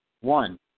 one